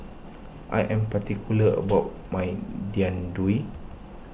I am particular about my Jian Dui